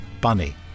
Bunny